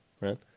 Right